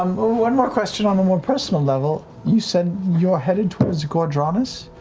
um ah one more question on a more personal level, you said you're headed towards ghor dranas?